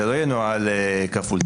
זה לא ינוהל כפול,